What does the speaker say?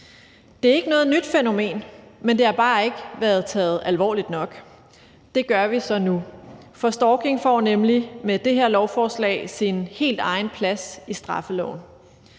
Det er ikke noget nyt fænomen, men det har bare ikke været taget alvorligt nok. Det gør vi så nu, for stalking får nemlig med det her lovforslag sin helt egen plads i straffeloven.